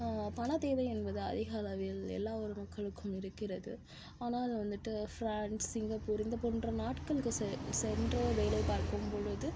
பண தேவை என்பது அதிக அளவில் எல்லா ஊர் மக்களுக்கும் இருக்கிறது ஆனால் வந்துட்டு ஃப்ரான்ஸ் சிங்கப்பூர் இந்து போன்ற நாட்களுக்கு செ சென்று வேலை பார்க்கும் பொழுது